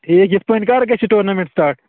ٹھیٖک یِتھ پٲٹھۍ کَر گژھِ ٹورنامٮ۪نٛٹ سِٹاٹ